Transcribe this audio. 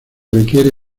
requiere